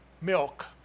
milk